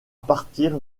partir